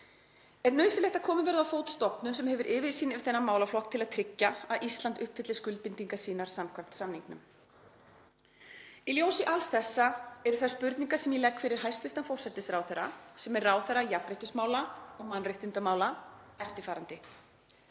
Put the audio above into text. Er nauðsynlegt að komið verði á fót stofnun sem hefur yfirsýn yfir þennan málaflokk til að tryggja að Ísland uppfylli skuldbindingar sínar samkvæmt samningnum. Í ljósi alls þessa eru þær spurningar sem ég legg fyrir hæstv. forsætisráðherra, sem er ráðherra jafnréttismála og mannréttindamála, eftirfarandi: